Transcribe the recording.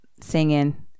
Singing